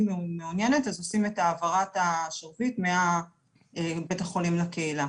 מעוניינת אז עושים את העברת השרביט מבית החולים לקהילה